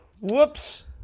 Whoops